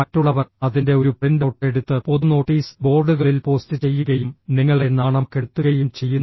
മറ്റുള്ളവർ അതിന്റെ ഒരു പ്രിന്റൌട്ട് എടുത്ത് പൊതു നോട്ടീസ് ബോർഡുകളിൽ പോസ്റ്റ് ചെയ്യുകയും നിങ്ങളെ നാണം കെടുത്തുകയും ചെയ്യുന്നു